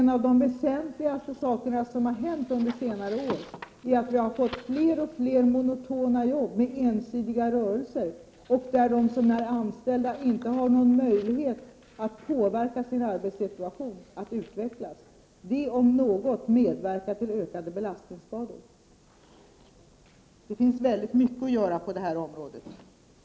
En av de väsentligaste förändringarna under senare år är att vi har fått fler och fler monotona arbeten, som kräver ensidiga rörelser, där de anställda inte har någon möjlighet att påverka en utveckling av sin arbetssituation. Det om något medverkar till ökade belastningsskador. Det finns mycket att göra på det här området.